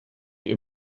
ihr